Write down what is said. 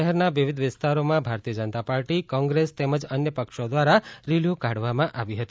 શહેરના વિવિધ વિસ્તારોમાં ભારતીય જનતા પાર્ટી કોંગ્રાપ્ત તમ્મજ અન્ય પક્ષો દ્વારા રેલીઓ કાઢવામાં આવી હતી